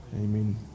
Amen